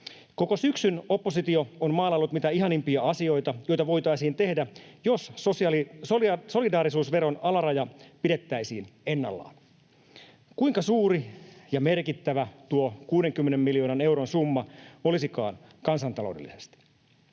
Koko syksyn oppositio on maalaillut mitä ihanimpia asioita, joita voitaisiin tehdä, jos solidaarisuusveron alaraja pidettäisiin ennallaan. Kuinka suuri ja merkittävä tuo 60 miljoonan euron summa olisikaan kansantaloudellisesti?